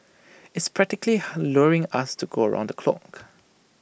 it's practically luring us to go round the clock